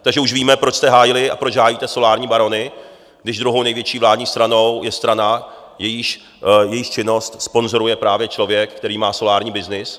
Takže už víme, proč jste hájili a proč hájíte solární barony, když druhou největší vládní stranou je strana, jejíž činnost sponzoruje právě člověk, který má solární byznys.